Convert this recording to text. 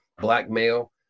blackmail